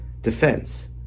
defense